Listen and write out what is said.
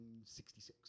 1966